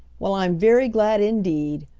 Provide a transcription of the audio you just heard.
well, i'm very glad indeed.